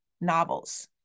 novels